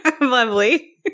Lovely